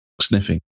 sniffing